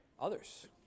Others